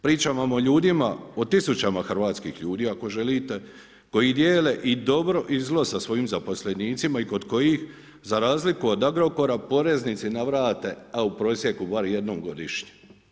Pričam vam o ljudima, o tisućama hrvatskih ljudi ako želite koji dijele i dobro i zlo sa svojim zaposlenicima i kod kojih za razliku od Agrokora poreznici navrate u prosjeku bar jednom godišnje.